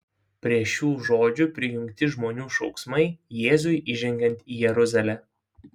prie šių žodžių prijungti žmonių šauksmai jėzui įžengiant į jeruzalę